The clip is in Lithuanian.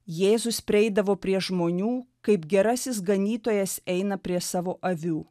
jėzus prieidavo prie žmonių kaip gerasis ganytojas eina prie savo avių